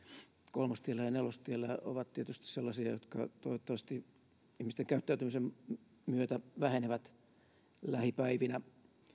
kolmostiellä ja nelostiellä ovat tietysti sellaisia jotka toivottavasti ihmisten käyttäytymisen myötä vähenevät lähipäivinä